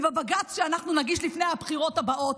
ובבג"ץ שאנחנו נגיש לפני הבחירות הבאות,